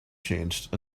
changed